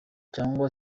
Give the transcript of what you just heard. cyangwa